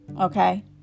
Okay